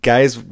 Guys